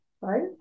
Right